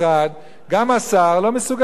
לא מסוגלים לשנות את הדבר הזה,